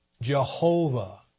Jehovah